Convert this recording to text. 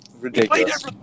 Ridiculous